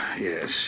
yes